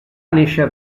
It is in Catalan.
néixer